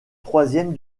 troisième